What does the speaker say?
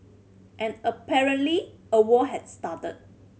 and apparently a war has started